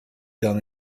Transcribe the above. done